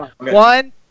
One